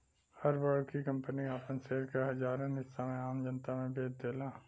हर बड़की कंपनी आपन शेयर के हजारन हिस्सा में आम जनता मे बेच देला